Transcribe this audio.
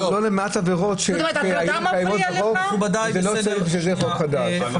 ללא מעט עבירות שהיום קיימות בחוק ולא צריך שיהיה חוק חדש.